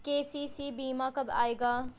KCC बीमा कब आएगा?